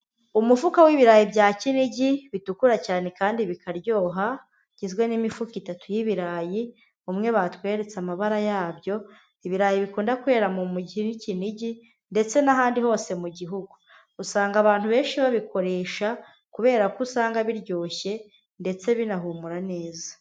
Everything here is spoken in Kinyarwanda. Umufuka w'ibirayi bya kinigi bitukura cyane kandi bikaryoha, bigizwe n'imifuka itatu y'ibirayi umwe batweretse amabara yabyo, ibirayi bikunda kwera mu mugi w'ikinigi ndetse n'ahandi hose mu gihugu, usanga abantu benshi babikoresha, kubera ko usanga biryoshye ndetse binahumura neza.